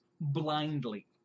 blindly